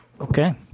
Okay